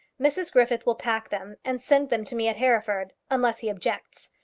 mrs griffith will pack them, and send them to me at hereford unless he objects.